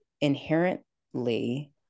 inherently